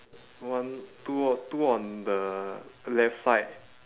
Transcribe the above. one two o~ two on the left side